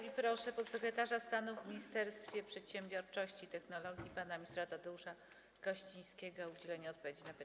I proszę podsekretarza stanu w Ministerstwie Przedsiębiorczości i Technologii pana ministra Tadeusza Kościńskiego o udzielenie odpowiedzi na pytania.